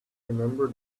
remember